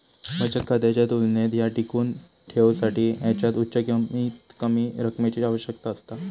बचत खात्याच्या तुलनेत ह्या टिकवुन ठेवसाठी ह्याच्यात उच्च कमीतकमी रकमेची आवश्यकता असता